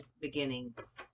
beginnings